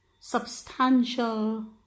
substantial